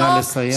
נא לסיים.